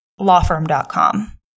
lawfirm.com